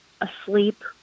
asleep